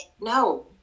No